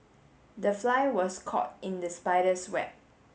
the fly was caught in the spider's web